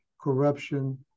corruption